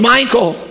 Michael